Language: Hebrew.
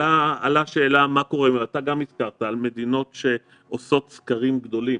עלתה שאלה מה קורה עם מדינות שעושות סקרים גדולים,